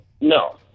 No